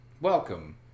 Welcome